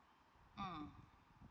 mm